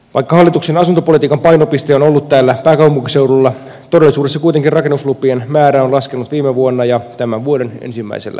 vaikka hallituksen asuntopolitiikan painopiste on ollut täällä pääkaupunkiseudulla todellisuudessa kuitenkin rakennuslupien määrä on laskenut viime vuonna ja tämän vuoden ensimmäisellä neljänneksellä